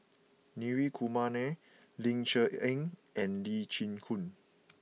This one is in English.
Hri Kumar Nair Ling Cher Eng and Lee Chin Koon